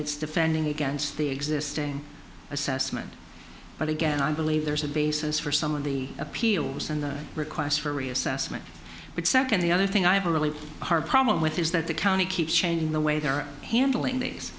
it's defending against the existing assessment but again i believe there's a basis for some of the appeals and requests for reassessment but second the other thing i have a really hard problem with is that the county keeps changing the way they are handling